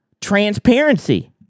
Transparency